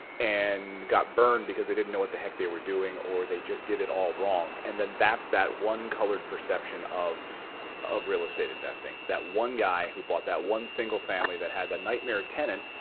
and got burned because they didn't know what the heck they were doing, or they just did it all wrong. and then that's that one-colored perception of of real estate investing. that one guy who bought that one single-family that had the nightmare tenant,